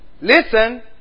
listen